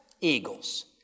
eagles